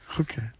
Okay